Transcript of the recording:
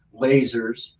lasers